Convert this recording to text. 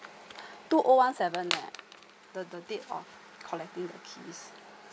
two O one seven leh the the date of collecting the keys